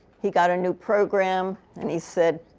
he got a new program. and he said,